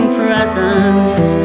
present